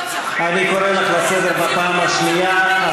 אני קורא אותך לסדר בפעם השנייה.